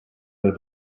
will